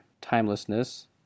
timelessness